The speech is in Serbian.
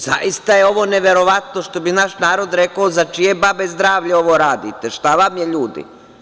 Zaista je ovo neverovatno, što bi naš narod rekao, za čije babe zdravlje ovo radite, šta vam je ljudi.